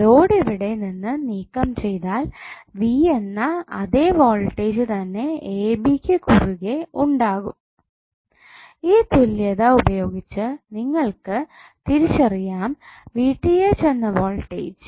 load ഇവിടെ നിന്ന് നീക്കം ചെയ്താൽ V എന്ന അതെ വോൾടേജ് തന്നെ എ ബി ക്ക് കുറുകെ ഉണ്ടാകും ഈ തുല്യത ഉപയോഗിച്ച് നിങ്ങൾക്ക് തിരിച്ചറിയാം എന്ന വോൾടേജ്